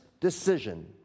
decision